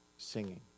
singing